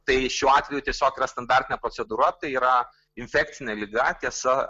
tai šiuo atveju tiesiog yra standartinė procedūra tai yra infekcinė liga tiesa